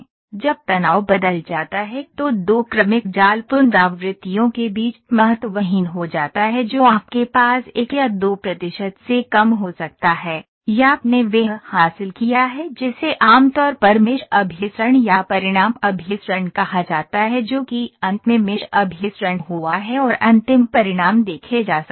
जब तनाव बदल जाता है तो दो क्रमिक जाल पुनरावृत्तियों के बीच महत्वहीन हो जाता है जो आपके पास 1 या 2 प्रतिशत से कम हो सकता है या आपने वह हासिल किया है जिसे आमतौर पर मेष अभिसरण या परिणाम अभिसरण कहा जाता है जो कि अंत में मेष अभिसरण हुआ है और अंतिम परिणाम देखे जा सकते हैं